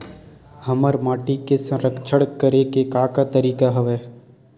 हमर माटी के संरक्षण करेके का का तरीका हवय?